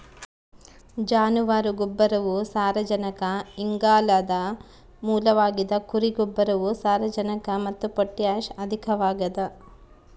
ಜಾನುವಾರು ಗೊಬ್ಬರವು ಸಾರಜನಕ ಇಂಗಾಲದ ಮೂಲವಾಗಿದ ಕುರಿ ಗೊಬ್ಬರವು ಸಾರಜನಕ ಮತ್ತು ಪೊಟ್ಯಾಷ್ ಅಧಿಕವಾಗದ